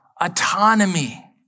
Autonomy